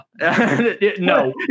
no